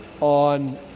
on